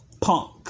Punk